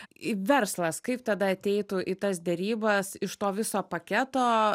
verslas kaip tada ateitų į tas derybas iš to viso paketo